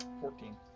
Fourteen